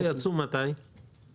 מתי הם יצאו?